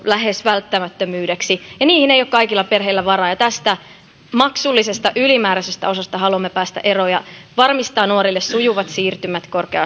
lähes välttämättömyydeksi niihin ei ole kaikilla perheillä varaa ja tästä maksullisesta ylimääräisestä osasta haluamme päästä eroon ja varmistaa nuorille sujuvat siirtymät korkea